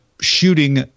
shooting